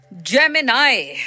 Gemini